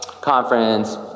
conference